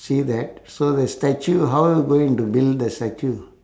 see that so the statue how are you going to build the statue